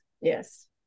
Yes